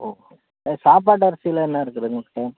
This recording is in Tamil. ஓஹோ சாப்பாட்டு அரிசிலாம் என்ன இருக்குது உங்கக்கிட்டே